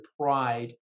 pride